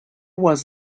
was